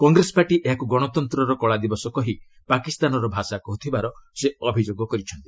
Congress party ଏହାକୁ ଗଣତନ୍ତ୍ରର କଳାଦିବସ କହି ପାକିସ୍ତାନର ଭାଷା କହୁଥିବାର ସେ ଅଭିଯୋଗ କରିଛନ୍ତି